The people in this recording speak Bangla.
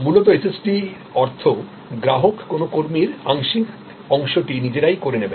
মূলত SST র অর্থ গ্রাহক কোনও কর্মীর আংশিক অংশটি নিজেরাই করে নেবেন